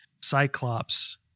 cyclops